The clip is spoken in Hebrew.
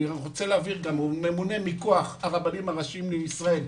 גם מכוח הרבנים הראשיים לישראל,